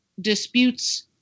disputes